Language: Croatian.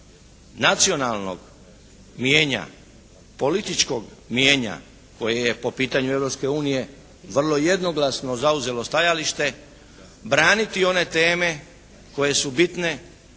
nacionalnog mnijenja, političkog mnijenja koje je po pitanju Europske unije vrlo jednoglasno zauzelo stajalište braniti one teme koje su bitne